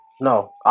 No